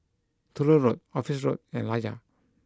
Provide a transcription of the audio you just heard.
Truro Road Office Road and Layar